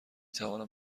توانم